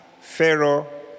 Pharaoh